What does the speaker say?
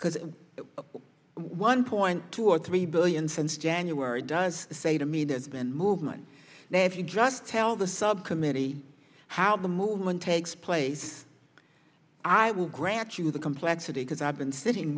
because of one point two or three billion since january does say to me there's been movement now if you just tell the subcommittee how the movement takes place i will grant you the complexity because i've been sitting